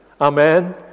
Amen